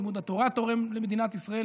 לימוד התורה תורם למדינת ישראל,